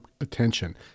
attention